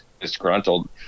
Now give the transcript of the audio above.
disgruntled